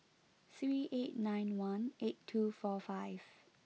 three eight nine one eight two four five